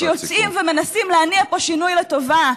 שיוצאים ומנסים להניע פה שינוי לטובה.